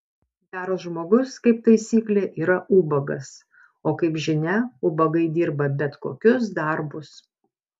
geras žmogus kaip taisyklė yra ubagas o kaip žinia ubagai dirba bet kokius darbus